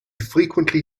frequently